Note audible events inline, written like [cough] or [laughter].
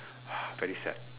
[breath] very sad